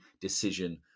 decision